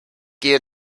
gehe